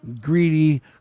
greedy